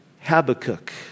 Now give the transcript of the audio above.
Habakkuk